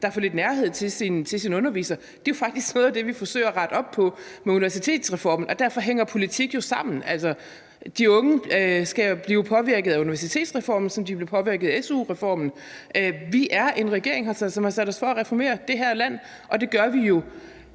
er for lidt nærhed til ens underviser. Det er faktisk noget af det, vi forsøger at rette op på med universitetsreformen. Derfor hænger politik jo sammen. De unge bliver påvirket af universitetsreformen, ligesom de bliver påvirket af su-reformen. Vi er en regering, som har sat sig for at reformere det her land, og det gør vi jo